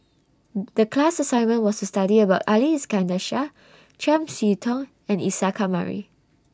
The class assignment was to study about Ali Iskandar Shah Chiam See Tong and Isa Kamari